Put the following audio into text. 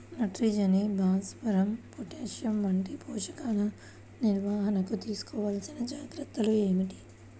నత్రజని, భాస్వరం, పొటాష్ వంటి పోషకాల నిర్వహణకు తీసుకోవలసిన జాగ్రత్తలు ఏమిటీ?